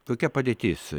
kokia padėtis